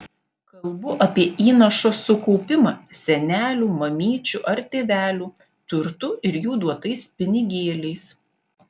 kalbu apie įnašo sukaupimą senelių mamyčių ar tėvelių turtu ir jų duotais pinigėliais